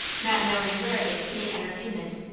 not knowing where they could meet entertainment.